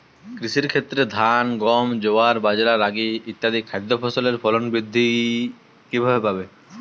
কৃষির ক্ষেত্রে ধান গম জোয়ার বাজরা রাগি ইত্যাদি খাদ্য ফসলের ফলন কীভাবে বৃদ্ধি পাবে?